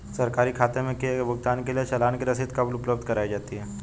सरकारी खाते में किए गए भुगतान के लिए चालान की रसीद कब उपलब्ध कराईं जाती हैं?